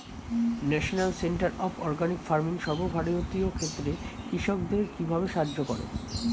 National centre of organic farming সর্বভারতীয় ক্ষেত্রে কৃষকদের কিভাবে সাহায্য করে?